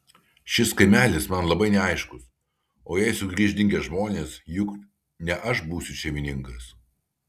šis kaimelis man labai neaiškus o jei sugrįš dingę žmonės juk ne aš būsiu šeimininkas